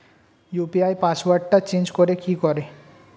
UPI পাসওয়ার্ডটা change করে কি করে?